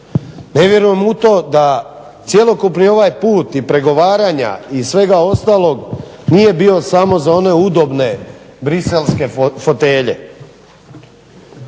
Ne vjerujem u to da cjelokupni ovaj put i pregovaranja i svega ostalog nije bio samo za one udobne Bruxelleske fotelje.